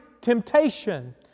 temptation